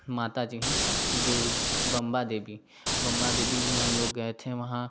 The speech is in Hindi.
माता जी हैं दूर बंबा देवी बंबा देवी भी हम लोग गए थे वहाँ